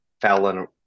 Fallon